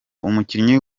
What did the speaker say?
umukinnyi